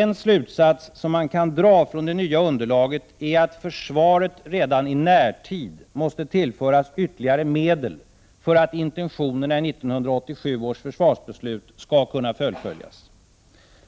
En slutsats som man kan dra från det nya underlaget är att försvaret redan i närtid måste tillföras ytterligare medel för att intentionerna i 1987 års försvarsbeslut skall kunna fullföljas.